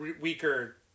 weaker